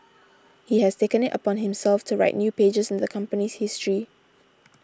he has taken it upon himself to write new pages in the company's history